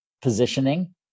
Positioning